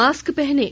mask पहनें